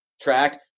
track